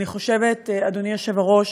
אני חושבת, אדוני היושב-ראש,